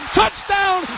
touchdown